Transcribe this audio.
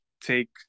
take